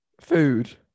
Food